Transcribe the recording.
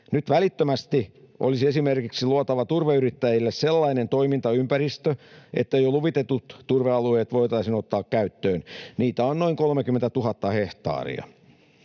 Nyt välittömästi olisi esimerkiksi luotava turveyrittäjille sellainen toimintaympäristö, että jo luvitetut turvealueet voitaisiin ottaa käyttöön. Niitä on noin 30 000 hehtaaria.